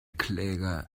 kläger